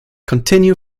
continue